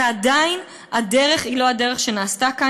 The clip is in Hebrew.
ועדיין, הדרך היא לא הדרך שנעשתה כאן.